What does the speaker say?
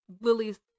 Lily's